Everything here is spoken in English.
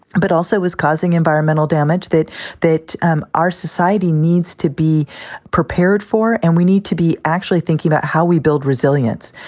but also was causing environmental damage that that um our society needs to be prepared for and we need to be actually thinking about how we build resilience.